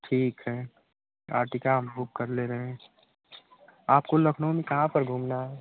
ठीक है आर्टिका हम बुक कर ले रहे हैं आपको लखनऊ में कहाँ पर घूमना है